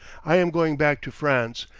i am going back to france,